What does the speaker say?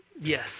yes